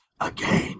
again